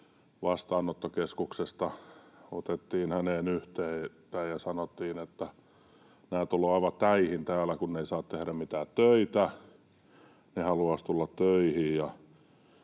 vastaanottokeskuksesta otettiin häneen yhteyttä ja sanottiin, että nämä tulevat aivan täihin täällä, kun eivät saa tehdä mitään töitä, he haluaisivat tulla töihin,